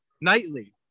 nightly